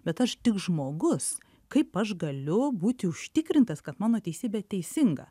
bet aš tik žmogus kaip aš galiu būti užtikrintas kad mano teisybė teisinga